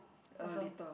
also